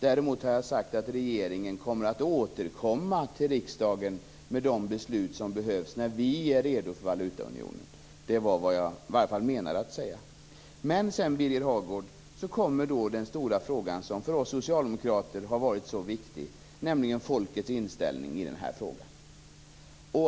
Däremot har jag sagt att regeringen kommer att återkomma till riksdagen med de beslut som behövs när vi är redo för valutaunionen. Det var i varje fall vad jag menade. Men sedan, Birger Hagård, kommer den stora frågan, som för oss socialdemokrater har varit så viktig, nämligen folkets inställning i den här frågan.